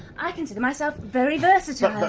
i consider myself very versatile.